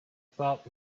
thought